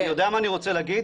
אני יודע מה אני רוצה להגיד,